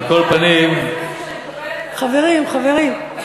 חברים, חברים.